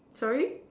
sorry